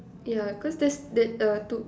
yeah cause that's that uh two